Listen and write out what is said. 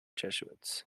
jesuits